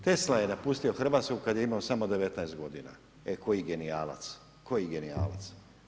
Tesla je napustio Hrvatsku kad je imao samo 19 godina, e koji genijalac, koji genijalac.